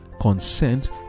consent